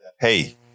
hey